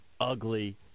Ugly